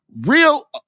Real